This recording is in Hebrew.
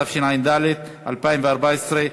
התשע"ד 2014,